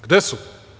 Gde su?